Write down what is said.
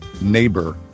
neighbor